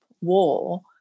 war